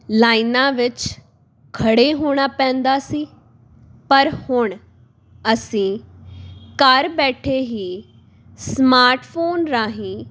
ਲਾਈਨਾਂ ਵਿੱਚ ਖੜੇ ਹੋਣਾ ਪੈਂਦਾ ਸੀ ਪਰ ਹੁਣ ਅਸੀਂ ਘਰ ਬੈਠੇ ਹੀ ਸਮਾਰਟਫੋਨ ਰਾਹੀਂ